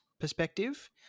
perspective